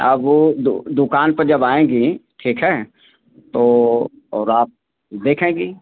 अब वो दुकान पर जब आएँगी ठीक है तो और आप देखेंगी